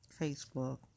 Facebook